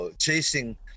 chasing